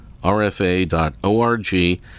rfa.org